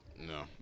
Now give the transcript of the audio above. No